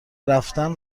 رفتن